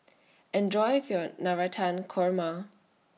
Enjoy your Navratan Korma